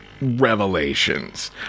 revelations